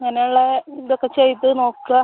അങ്ങനുള്ള ഇതൊക്കെ ചെയ്ത് നോക്കാം